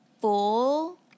full